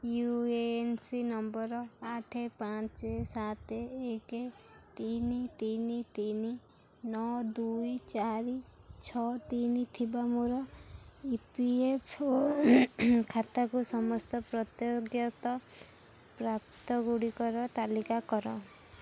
you A N C number ଆଠେ ପାଞ୍ଚେ ସାତେ ଏକେ ତିନି ତିନି ତିନି ନଅ ଦୁଇ ଚାରି ଛଅ ତିନି ଥିବା ମୋର ଇ ପି ଏଫ୍ ଓ ଖାତାକୁ ସମସ୍ତ ପ୍ରତ୍ୟାଗତ ପ୍ରାପ୍ତ ଗୁଡ଼ିକର ତାଲିକା କର